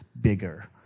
bigger